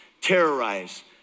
terrorize